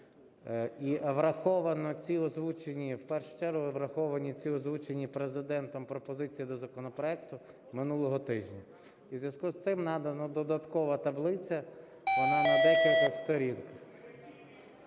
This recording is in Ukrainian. враховані ці озвучені Президентом пропозиції до законопроекту минулого тижня. І у зв'язку з цим надано додаткову таблицю, вона на декількох сторінках.